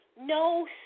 No